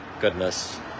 goodness